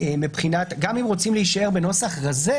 גם אם רוצים להישאר בנוסח רזה,